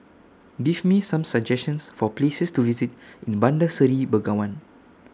Give Me Some suggestions For Places to visit in Bandar Seri Begawan